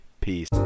Peace